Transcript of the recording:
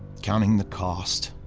counting the cost,